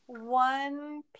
One